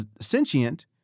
sentient